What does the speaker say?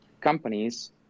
companies